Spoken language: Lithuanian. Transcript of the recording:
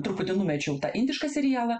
truputį numečiau tą indišką serialą